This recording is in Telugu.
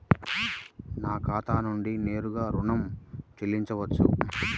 నా ఖాతా నుండి నేరుగా ఋణం చెల్లించవచ్చా?